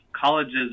colleges